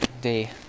day